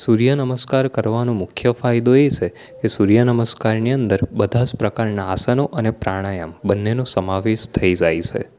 સૂર્યનમસ્કાર કરવાનો મુખ્ય ફાયદો એ છે કે સૂર્યનમસ્કારની અંદર બધાં જ પ્રકારના આસનો અને પ્રાણાયમો બંનેનો સમાવેશ થઇ જાય છે